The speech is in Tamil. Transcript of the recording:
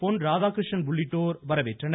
பொன்ராதாகிருஷ்ணன் உள்ளிட்டோர் வரவேற்றனர்